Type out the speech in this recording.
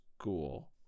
school